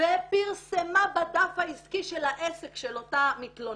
ופרסמה בדף העסקי של העסק של אותה מתלוננת: